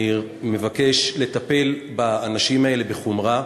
אני מבקש לטפל באנשים האלה בחומרה.